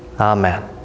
amen